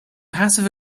passive